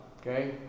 okay